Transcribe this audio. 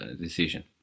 decision